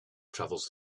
travels